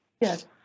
Yes